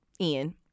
Ian